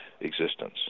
existence